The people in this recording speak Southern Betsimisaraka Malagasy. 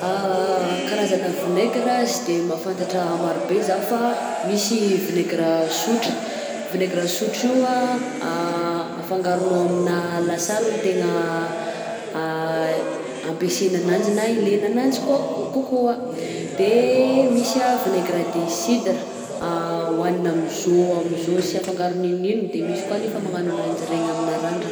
Karazana vinaigra sy de mahafantatra maro be izaho fa misy vinaigra sotra, vinaigra sotra io anh afangaronao aminà lasary no tegna ampiasana ananjy na ilaina ananjy koak- kokoa, de misy anh vinaigre de cidre hohanina am'zao am'zao sy afangaro n'inona n'inona de misy koa anefa magnano ananjy regny aminà randrana.